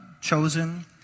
chosen